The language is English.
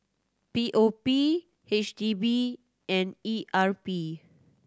P O P H D B and E R P